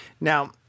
Now